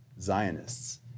Zionists